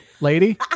lady